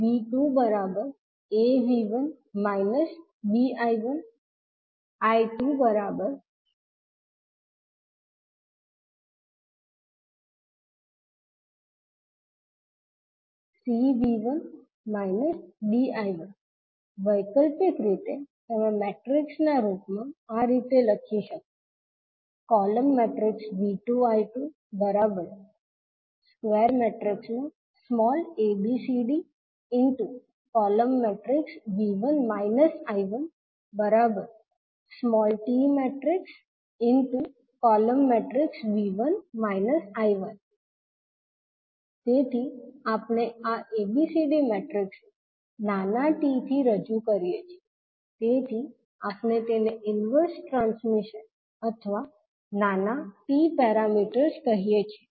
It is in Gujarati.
𝐕2 𝐚𝐕1 − 𝐛𝐈1 𝐈2 𝐜𝐕1 − 𝐝𝐈1 વૈકલ્પિક રીતે તમે મેટ્રિક્સ ના રૂપ માં આ રીતે લખી શકો તેથી આપણે આ abcd મેટ્રિક્સ ને નાના t થી રજૂ કરીએ છીએ તેથી આપણે તેને ઇન્વર્સ ટ્રાન્સમિશન અથવા નાના t પેરામીટર્સ કહીએ છીએ